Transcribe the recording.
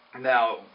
Now